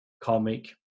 comic